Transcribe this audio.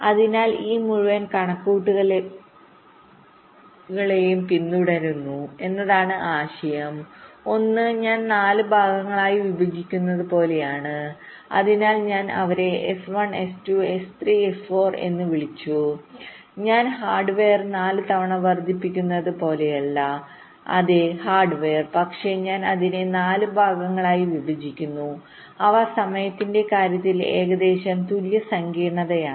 അതിനാൽ ഈ മുഴുവൻ കണക്കുകൂട്ടലുകളെയും പിന്തുടരുന്നു എന്നതാണ് ആശയം ഒന്ന് ഞാൻ നാല് ഭാഗങ്ങളായി വിഭജിക്കുന്നതുപോലെയാണ് അതിനാൽ ഞാൻ അവരെ S1 S2 S3 S4 എന്ന് വിളിച്ചു ഞാൻ ഹാർഡ്വെയർ നാല് തവണ വർദ്ധിപ്പിക്കുന്നത് പോലെയല്ല അതേ ഹാർഡ്വെയർ പക്ഷേ ഞാൻ അതിനെ നാല് ഭാഗങ്ങളായി വിഭജിക്കുന്നു അവ സമയത്തിന്റെ കാര്യത്തിൽ ഏകദേശം തുല്യ സങ്കീർണ്ണതയാണ്